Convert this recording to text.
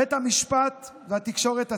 בית המשפט והתקשורת עצמה.